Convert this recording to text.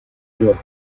york